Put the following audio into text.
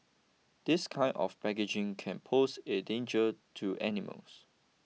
this kind of packaging can pose a danger to animals